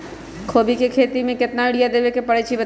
कोबी के खेती मे केतना यूरिया देबे परईछी बताई?